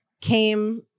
came